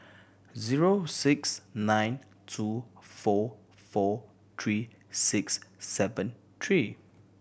zero six nine two four four three six seven three